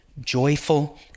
joyful